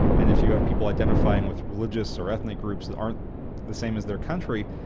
and if you have people identifying with religious or ethnic groups that aren't the same as their country,